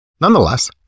Nonetheless